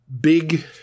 big